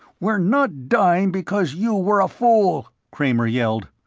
we're not dying because you were a fool, kramer yelled.